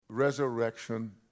Resurrection